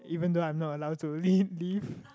even though I'm not allow to leave leave